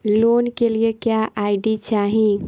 Loan के लिए क्या आई.डी चाही?